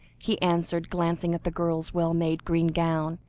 he answered, glancing at the girl's well-made green gown,